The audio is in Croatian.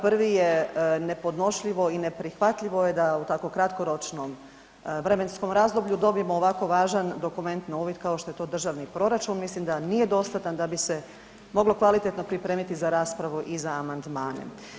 Prvi je nepodnošljivo i neprihvatljivo je da u tako kratkoročnom vremenskom razdoblju dobimo ovako važan dokument novi, kao što je to Državni proračun, mislim da nije dostatan da bi se moglo kvalitetno pripremiti za raspravu i za amandmane.